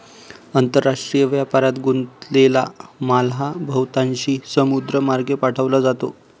आंतरराष्ट्रीय व्यापारात गुंतलेला माल हा बहुतांशी समुद्रमार्गे पाठवला जातो